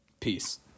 peace